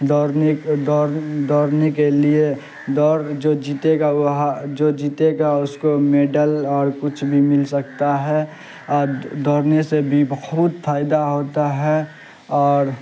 دوڑنے دوڑنے کے لیے دوڑ جو جیتے گا وہ جو جیتے گا اس کو میڈل اور کچھ بھی مل سکتا ہے اور دوڑنے سے بھی بہت فائدہ ہوتا ہے اور